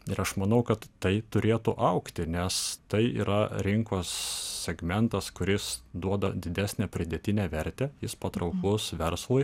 ir aš manau kad tai turėtų augti nes tai yra rinkos segmentas kuris duoda didesnę pridėtinę vertę jis patrauklus verslui